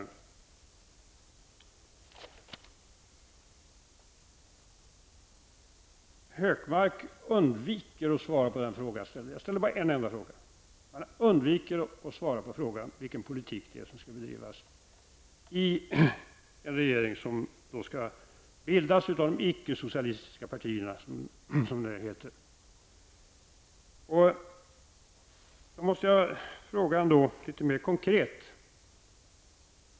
Herr Hökmark undviker att svara på den fråga jag ställde. Jag ställde bara en enda fråga. Han undviker att besvara frågan om vilken politik som skall föras av en regering som skall bildas av de icke-socialistiska partierna, som det heter. Då måste jag fråga mera konkret.